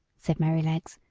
said merrylegs,